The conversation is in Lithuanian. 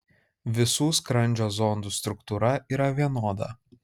visų skrandžio zondų struktūra yra vienoda